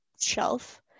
shelf